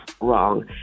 wrong